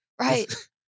Right